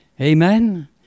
Amen